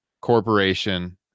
corporation